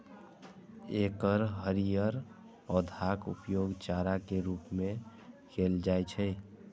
एकर हरियर पौधाक उपयोग चारा के रूप मे कैल जाइ छै